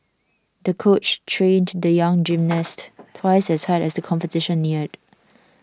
the coach trained the young gymnast twice as hard as the competition neared